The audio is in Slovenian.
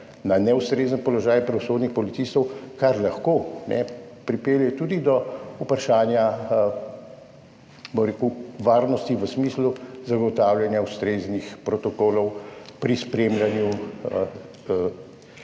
na neustrezen položaj pravosodnih policistov, kar lahko pripelje tudi do vprašanja varnosti v smislu zagotavljanja ustreznih protokolov pri spremljanju